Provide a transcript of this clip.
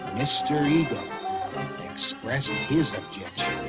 mr. eagle expressed his objection!